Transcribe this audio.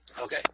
Okay